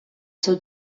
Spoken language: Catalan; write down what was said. seu